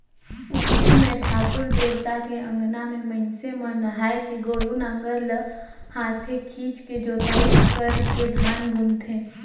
अक्ती मे ठाकुर देवता के अंगना में मइनसे मन नहायके गोरू नांगर ल हाथे खिंचके जोताई करके धान बुनथें